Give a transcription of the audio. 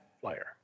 player